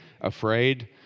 afraid